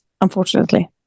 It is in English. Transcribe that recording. unfortunately